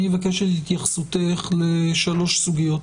אני אבקש את התייחסותך לשלוש סוגיות: